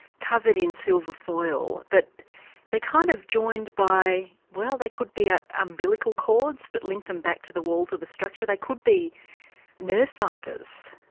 covered in silver foil, but they are kind of joined by, well, they could be ah umbilical cords that link them back to the walls of the structure. they could be nerve fibres.